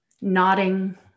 nodding